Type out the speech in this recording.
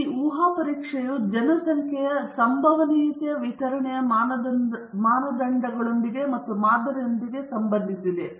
ಆದ್ದರಿಂದ ಈ ಊಹಾ ಪರೀಕ್ಷೆಯು ಜನಸಂಖ್ಯೆಯ ಸಂಭವನೀಯತೆಯ ವಿತರಣೆಯ ಮಾನದಂಡಗಳೊಂದಿಗೆ ಮತ್ತು ಮಾದರಿಯೊಂದಿಗೆ ಸಂಬಂಧಿಸಿದೆ